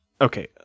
okay